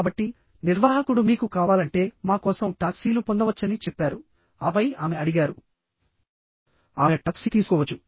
కాబట్టి నిర్వాహకుడు మీకు కావాలంటే మా కోసం టాక్సీలు పొందవచ్చని చెప్పారు ఆపై ఆమె అడిగారు ఆమె టాక్సీ తీసుకోవచ్చు